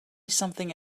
something